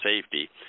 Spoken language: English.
safety